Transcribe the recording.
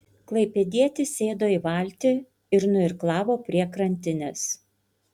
klaipėdietis sėdo į valtį ir nuirklavo prie krantinės